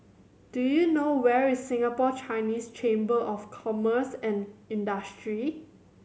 do you know where is Singapore Chinese Chamber of Commerce and Industry